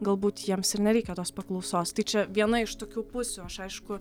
galbūt jiems ir nereikia tos paklausos tai čia viena iš tokių pusių aš aišku